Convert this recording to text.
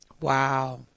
Wow